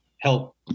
help